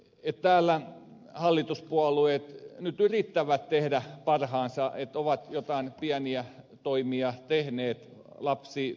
täällä hallituspuolueet nyt yrittävät tehdä parhaansa että ovat joitain pieniä toimia tehneet lapsiperheiden hyväksi